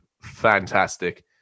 fantastic